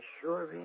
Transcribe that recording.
sure